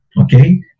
Okay